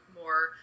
more